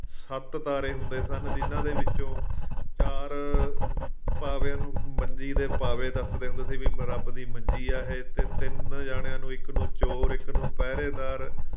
ਸੱਤ ਤਾਰੇ ਹੁੰਦੇ ਸਨ ਜਿੰਨਾਂ ਦੇ ਵਿੱਚੋਂ ਚਾਰ ਪਾਵਿਆਂ ਨੂੰ ਮੰਜੀ ਦੇ ਪਾਵੇ ਦੱਸਦੇ ਹੁੰਦੇ ਸੀ ਵੀ ਰੱਬ ਦੀ ਮੰਜੀ ਆ ਇਹ 'ਤੇ ਤਿੰਨ ਜਾਣਿਆਂ ਨੂੰ ਇੱਕ ਨੂੰ ਚੋਰ ਇੱਕ ਨੂੰ ਪਹਿਰੇਦਾਰ